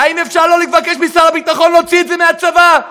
האם אפשר לא לבקש משר הביטחון להוציא את זה מהצבא?